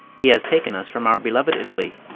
he has taken us from our beloved italy,